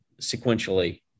sequentially